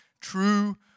True